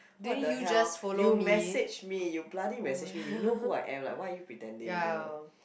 what the hell you message me you bloody message me you know who I am like why are you pretending you know